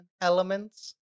elements